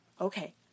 Okay